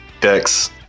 Dex